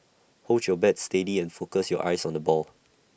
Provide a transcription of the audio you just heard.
hold your bat steady and focus your eyes on the ball